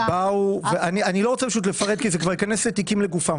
אני לא רוצה לפרט כי זה כבר ייכנס לתיקים לגופם.